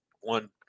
one